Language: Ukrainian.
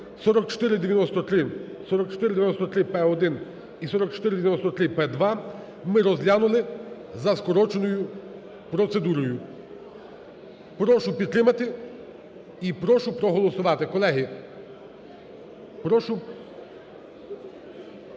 4493-П1 і 4493-П2) ми розглянули за скороченою процедурою. Прошу підтримати і прошу проголосувати,